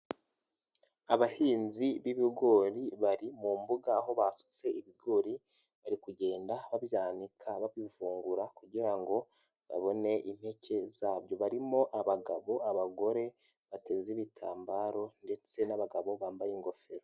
Abahinzi b'ibigori bari mu mbuga, aho basutse ibigori, bari kugenda babyanika, babivungura kugira ngo babone impeke zabyo, barimo abagabo, abagore, bateze ibitambaro ndetse n'abagabo bambaye ingofero.